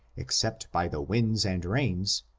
except by the winds and rains,